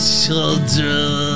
children